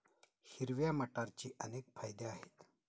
हिरव्या मटारचे अनेक फायदे आहेत